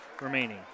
remaining